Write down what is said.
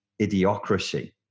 idiocracy